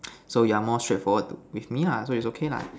so you are more straightforward to with me lah so is okay lah